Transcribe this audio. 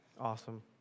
Awesome